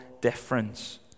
difference